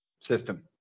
system